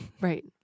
Right